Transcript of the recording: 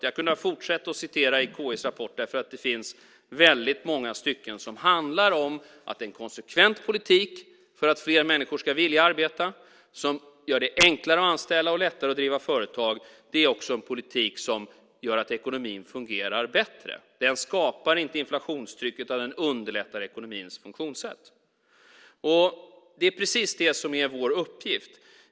Jag kunde ha fortsatt att läsa ur KI:s rapport, för det finns väldigt många stycken som handlar om att en konsekvent politik för att fler människor ska vilja arbeta, som gör det enklare att anställa och lättare att driva företag också är en politik som gör att ekonomin fungerar bättre. Den skapar inte inflationstrycket. Den underlättar ekonomins funktionssätt. Det är precis det som är vår uppgift.